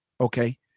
Okay